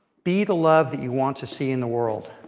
be the love that you want to see in the world.